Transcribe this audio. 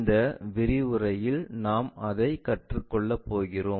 இந்த விரிவுரையில் நாம் அதை கற்றுக்கொள்ள போகிறோம்